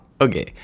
Okay